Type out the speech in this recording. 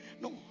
No